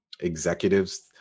executives